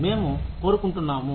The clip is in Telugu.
మేము కోరుకుంటున్నాము